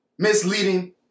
Misleading